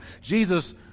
Jesus